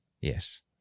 Yes